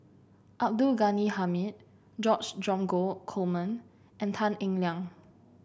Abdul Ghani Hamid George Dromgold Coleman and Tan Eng Liang